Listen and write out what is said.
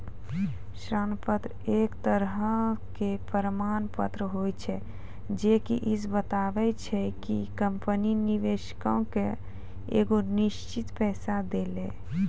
ऋण पत्र एक तरहो के प्रमाण पत्र होय छै जे की इ बताबै छै कि कंपनी निवेशको के एगो निश्चित पैसा देतै